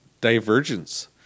divergence